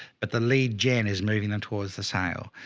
but the lead gen is moving them towards the sale.